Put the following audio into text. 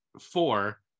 four